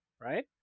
right